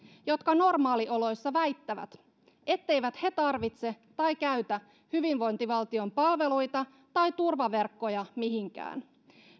jotka normaalioloissa väittävät etteivät he tarvitse tai käytä hyvinvointivaltion palveluita tai turvaverkkoja mihinkään